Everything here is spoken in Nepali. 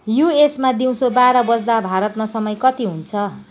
युएसमा दिउँसो बाह्र बज्दा भारतमा समय कति हुन्छ